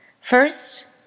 First